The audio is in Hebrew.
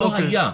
לא היה.